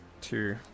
two